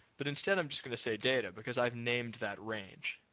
but instead i'm just going to say data, because i've named that range.